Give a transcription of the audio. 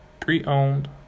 pre-owned